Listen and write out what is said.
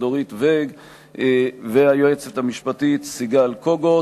דורית ואג והיועצת המשפטית סיגל קוגוט.